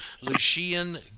Lucian